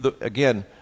again